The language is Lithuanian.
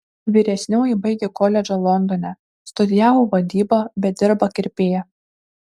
vyresnioji baigė koledžą londone studijavo vadybą bet dirba kirpėja